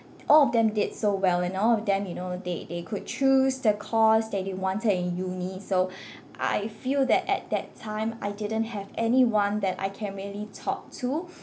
all of them did so well and all of them you know they they could choose the course that they wanted in uni so I feel that at that time I didn't have anyone that I can really talk to